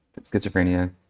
schizophrenia